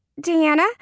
Diana